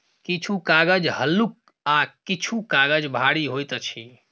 किछु कागज हल्लुक आ किछु काजग भारी होइत अछि